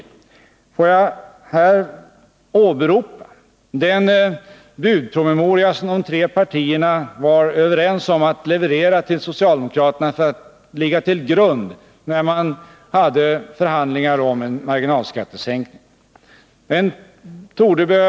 Låt mig här åberopa den budpromemoria som de tre borgerliga partierna var överens om att leverera till socialdemokraterna för att den skulle ligga till grund för förhandlingarna om marginalskattesänkningen.